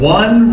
one